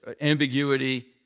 ambiguity